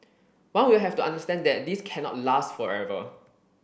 one will have to understand that this cannot last forever